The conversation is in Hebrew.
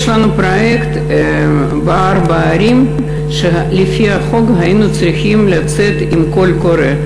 יש לנו פרויקט בערים שלפי החוק היינו צריכים לצאת בקול קורא.